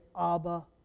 Abba